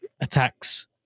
attacks